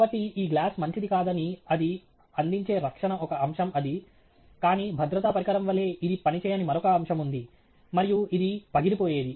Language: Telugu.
కాబట్టి ఈ గ్లాస్ మంచిది కాదని అది అందించే రక్షణ ఒక అంశం అది కానీ భద్రతా పరికరం వలె ఇది పనిచేయని మరొక అంశం ఉంది మరియు ఇది పగిలిపోయేది